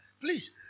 Please